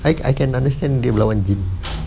I I can understand dia lawan jin